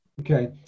okay